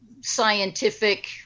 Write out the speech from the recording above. scientific